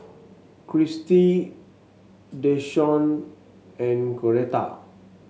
Christi Dashawn and Coretta